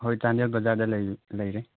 ꯍꯣꯏ ꯆꯥꯟꯗꯦꯜ ꯕꯖꯥꯔꯗ ꯂꯩ ꯂꯩꯔꯦ